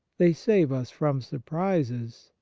they save us from surprises,